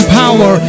power